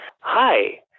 Hi